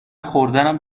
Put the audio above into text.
خوردنم